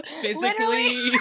physically